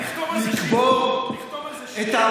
תכתוב על זה שיר.